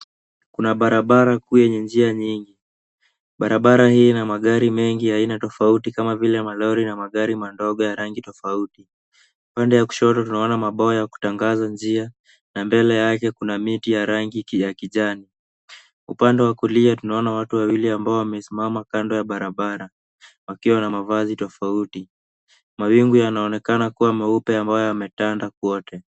Kuna barabara kuu yenye njia nyingi. Barabara hii ina magari mengi ya aina tofauti kama vile malori na magari madogo ya rangi tofauti. Upande ya kushoto tunaona mabao ya kutangaza njia na mbele yake kuna miti ya rangi ya kijani. Upande wa kulia tunaona watu wawili ambao wamesimama kando ya barabara wakiwa na mavazi tofauti. Mawingu yanaonekana kuwa meupe ambayo yametanda kote.